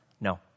No